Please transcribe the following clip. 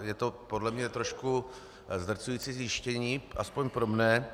Je to podle mě trošku zdrcující zjištění, aspoň pro mne.